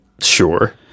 Sure